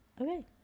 okay